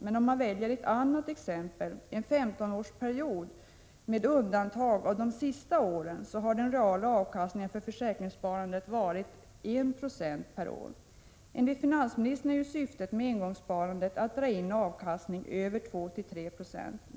Men om man väljer ett annat exempel — en 15-årsperiod med undantag för de senaste åren — har den reala avkastningen för försäkringssparandet varit 1 96 per år. Enligt finansministern är syftet med engångsskatten att dra in avkastningen över 2-3 96.